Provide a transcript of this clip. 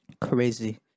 Crazy